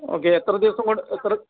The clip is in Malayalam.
ഓക്കേ എത്ര ദിവസം കൊണ്ട് എത്ര